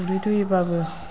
उदै दुयोबाबो